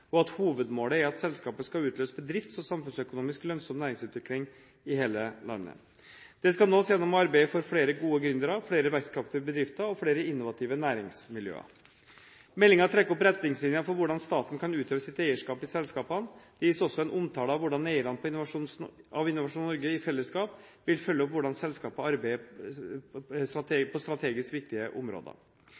og at hovedmålet er at selskapet skal utløse bedrifts- og samfunnsøkonomisk lønnsom næringsutvikling i hele landet. Det skal nås gjennom å arbeide for flere gode gründere, flere vekstkraftige bedrifter og flere innovative næringsmiljøer. Meldingen trekker opp retningslinjene for hvordan staten kan utøve sitt eierskap i selskapene. Det gis også en omtale av hvordan eierne av Innovasjon Norge i fellesskap vil følge opp hvordan selskapet arbeider på strategisk viktige områder.